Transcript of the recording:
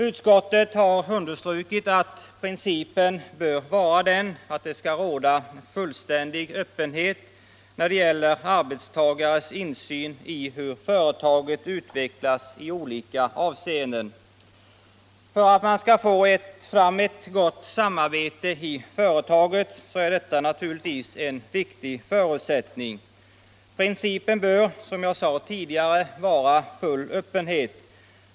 Utskottet har understrukit att principen bör vara att det skall råda fullständig öppenhet när det gäller arbetstagares insyn i hur företaget utvecklas i olika avseenden. För att man skall kunna uppnå ett gott samarbete i företaget är detta naturligtvis en viktig förutsättning. Principen bör, som jag sade tidigare, vara full öppenhet.